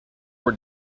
were